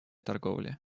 торговли